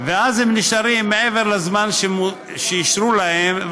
ואז הם נשארים מעבר לזמן שאישרו להם,